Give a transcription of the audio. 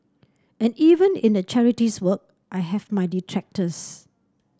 and even in the charities work I have my detractors